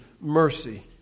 mercy